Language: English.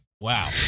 wow